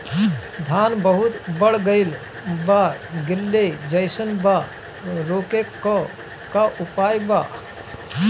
धान बहुत बढ़ गईल बा गिरले जईसन बा रोके क का उपाय बा?